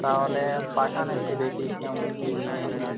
তাহলে পাঠান একটু দেখি কেমন কি ডিজাইনের আছে